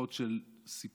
תסבוכות של סיפורים